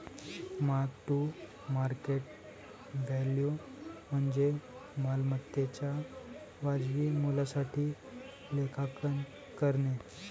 mark to market value म्हणजे मालमत्तेच्या वाजवी मूल्यासाठी लेखांकन करणे